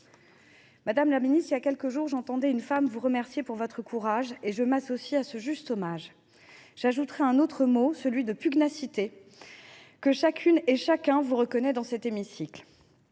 Madame la ministre, il y a quelques jours, j’entendais une femme vous remercier de votre courage. Je m’associe à ce juste hommage. J’y ajouterai un mot : celui de pugnacité, que chacune et chacun vous reconnaît dans cet hémicycle,